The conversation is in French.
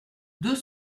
deux